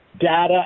data